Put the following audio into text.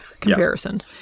comparison